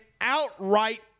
outright